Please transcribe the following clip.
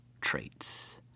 traits